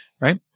Right